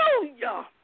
Hallelujah